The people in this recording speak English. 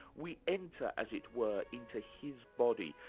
we enter as it were into his body,